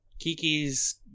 kiki's